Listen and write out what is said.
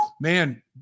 Man